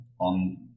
on